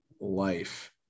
life